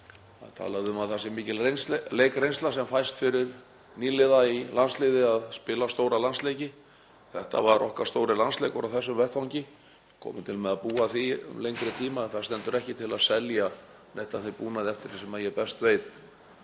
oft talað um að það sé mikil leikreynsla fyrir nýliða í landsliði að spila stóra landsleiki. Þetta var okkar stóri landsleikur á þessum vettvangi. Við komum til með að búa að því til lengri tíma. Það stendur ekki til að selja neitt af þeim búnaði, eftir því sem ég best veit,